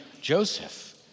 Joseph